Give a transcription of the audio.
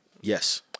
Yes